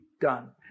done